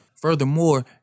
Furthermore